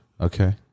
Okay